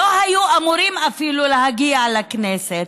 שלא היו אמורים אפילו להגיע לכנסת,